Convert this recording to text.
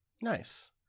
Nice